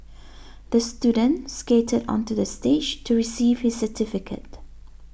the student skated onto the stage to receive his certificate